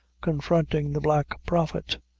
confronting the black prophet.